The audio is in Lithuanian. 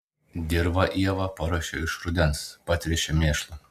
dirvą ieva paruošia iš rudens patręšia mėšlu